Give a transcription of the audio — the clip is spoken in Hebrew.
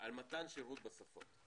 על מתן שירות בשפות.